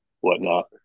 whatnot